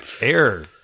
air